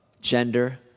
Gender